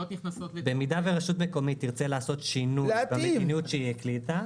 במידה ורשות מקומית תרצה לעשות שינוי במדיניות שהיא החליטה,